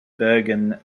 bergen